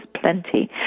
plenty